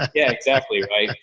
ah yeah, exactly right.